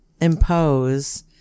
impose